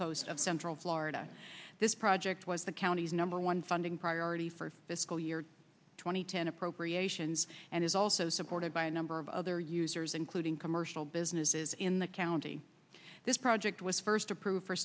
coast of central florida this project was the county's number one funding priority for the school year two thousand and ten appropriations and is also supported by a number of other users including commercial businesses in the county this project was first approved for